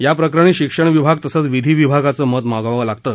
याप्रकरणी शिक्षण विभाग तसंच विधी विभागाचं मत मागवावं लागतं